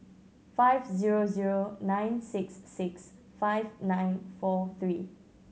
five zero zero nine six six five nine four three